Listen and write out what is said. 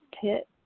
pit